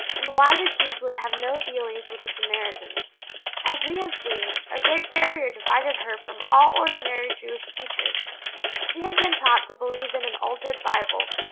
and why the jews would have no dealings with the samaritans as we have seen, a great barrier divided her from all ordinary jewish teachers she had been taught to believe in an altered bible.